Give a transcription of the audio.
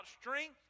strength